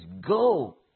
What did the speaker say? go